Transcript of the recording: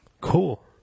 Cool